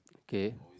okay